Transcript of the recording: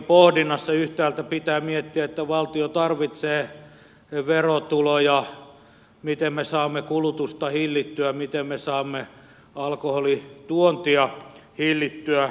yhtäältä pitää miettiä että valtio tarvitsee verotuloja miten me saamme kulutusta hillittyä miten me saamme alkoholituontia hillittyä